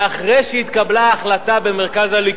שאחרי שהתקבלה ההחלטה במרכז הליכוד